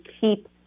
keep